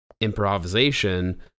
improvisation